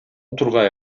тургай